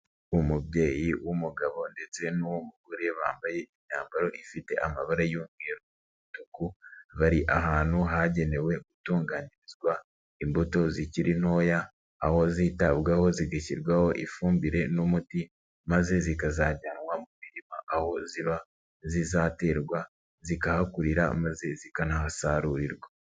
Umubyeyi w'umugabo ndetse n'uw'umugore bambaye imyambaro ifite amabara y'umweru, umutuku, bari ahantu hagenewe gutunganizwa imbuto zikiri ntoya aho zitabwaho zigashyirwaho ifumbire n'umuti maze zikazajyanwa mu mirima aho ziba zizaterwa zikahakurira maze zikanahasarurirwa.